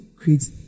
create